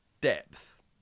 depth